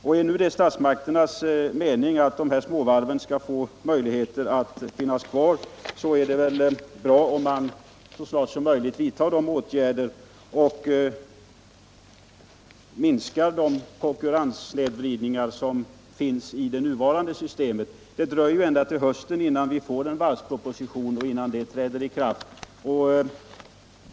Om det nu är statsmakternas mening att dessa småvarv skall få möjligheter att finnas kvar, är det naturligtvis bra om man så snart som möjligt vidtar åtgärder för att minska den konkurrenssnedvridning som det nuvarande systemet medför. Det dröjer ju ända till hösten innan vi får en varvproposition och ännu längre innan förslagen i denna kan genomföras.